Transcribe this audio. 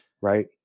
right